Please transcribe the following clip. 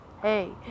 Hey